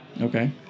Okay